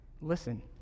Listen